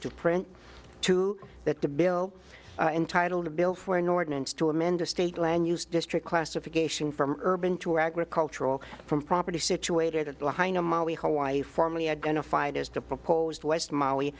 to print two that the bill entitle a bill for an ordinance to amend the state land use district classification from urban to agricultural from property situated at the wife formally identified as the proposed west molly